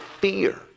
fear